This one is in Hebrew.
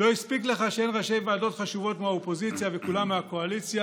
לא הספיק לך שאין ראשי ועדות חשובות מהאופוזיציה וכולם מהקואליציה?